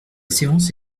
séance